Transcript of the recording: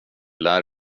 lär